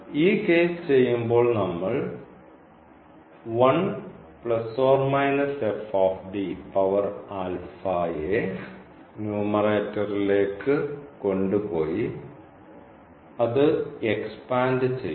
ഈ കേസ് ചെയ്യുമ്പോൾ നമ്മൾ നെ ന്യൂമറേറ്ററിലേക്ക് കൊണ്ടുപോയി അത് എക്സ്പാൻഡ് ചെയ്യുന്നു